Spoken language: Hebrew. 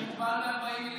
אני מוגבל ל-40 מילים.